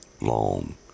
long